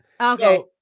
okay